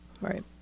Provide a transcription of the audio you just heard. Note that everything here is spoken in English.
right